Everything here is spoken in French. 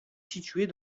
située